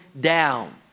down